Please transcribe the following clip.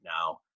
now